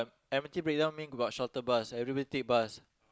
M_R_T breakdown means about shorter bus everybody take bus